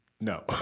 No